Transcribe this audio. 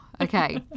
okay